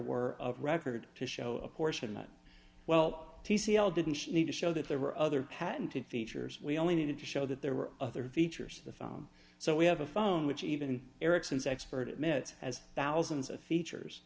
were of record to show a portion that well t c l didn't she need to show that there were other patented features we only needed to show that there were other features of the phone so we have a phone which even erikson's expert admits as thousands of features